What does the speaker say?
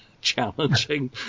challenging